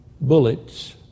bullets